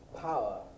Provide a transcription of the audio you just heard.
power